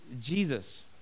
Jesus